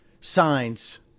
signs